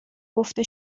گفته